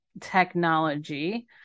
technology